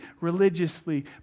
religiously